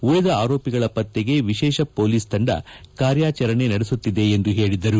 ಉಳಿದ ಆರೋಪಿಗಳ ಪತ್ತೆಗೆ ವಿಶೇಷ ಪೊಲೀಸ್ ತಂಡ ಕಾರ್ಯಾಚರಣೆ ನಡೆಸುತ್ತಿದೆ ಎಂದು ಹೇಳಿದರು